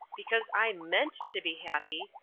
because i meant to be happy,